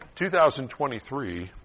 2023